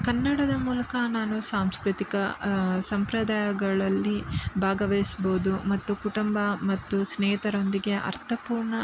ಕನ್ನಡದ ಮೂಲಕ ನಾನು ಸಾಂಸ್ಕೃತಿಕ ಸಂಪ್ರದಾಯಗಳಲ್ಲಿ ಭಾಗವಹಿಸ್ಬೋದು ಮತ್ತು ಕುಟುಂಬ ಮತ್ತು ಸ್ನೇಹಿತರೊಂದಿಗೆ ಅರ್ಥಪೂರ್ಣ